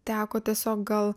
teko tiesiog gal